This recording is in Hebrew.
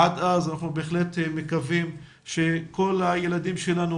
עד אז אנחנו בהחלט מקווים שכל הילדים שלנו